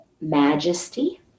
majesty